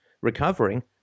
recovering